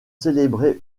célébrées